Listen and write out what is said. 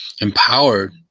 empowered